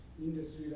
industry